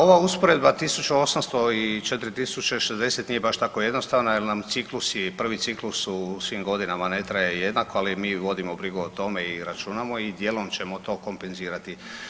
Ova usporedba 1800 i 4060 nije baš tako jednostavna jel nam ciklusi, prvi ciklus u svim godinama ne traje jednako, ali mi vodimo brigu o tome i računamo i dijelom ćemo to kompenzirati.